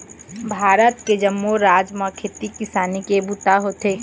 भारत के जम्मो राज म खेती किसानी के बूता होथे